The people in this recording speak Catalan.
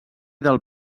del